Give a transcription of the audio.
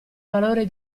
valore